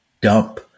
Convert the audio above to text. dump